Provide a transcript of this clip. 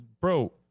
bro